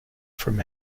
from